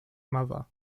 mother